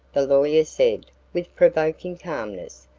the lawyer said with provoking calmness.